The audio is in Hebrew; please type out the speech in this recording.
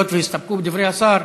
אבל היות שהסתפקו בדברי השר,